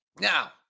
Now